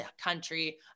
country